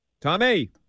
Tommy